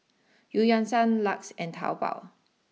Eu Yan Sang LUX and Taobao